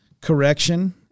correction